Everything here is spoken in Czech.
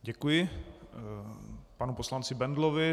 Děkuji panu poslanci Bendlovi.